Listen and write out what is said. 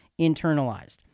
internalized